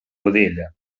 godella